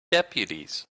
deputies